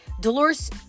Dolores